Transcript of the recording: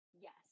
yes